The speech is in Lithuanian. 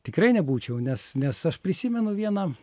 tikrai nebūčiau nes nes aš prisimenu vieną